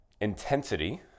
Intensity